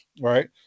Right